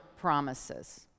promises